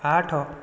ଆଠ